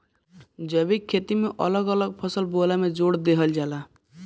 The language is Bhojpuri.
जैविक खेती में अलग अलग फसल बोअला पे जोर देहल जाला